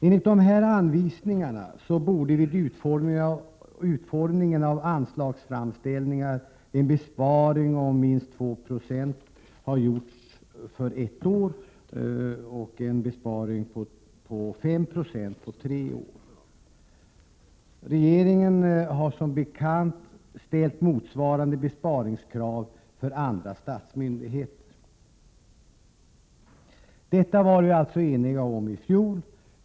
Enligt dessa direktiv borde riksgäldskontoret vid utformningen av anslagsframställningar ha gjort en besparing om minst 2 260 på ett år och en besparing på 5 Zo på tre år. Regeringen har som bekant ställt motsvarande besparingskrav på andra statsmyndigheter. Detta var vi alltså eniga om i fjol.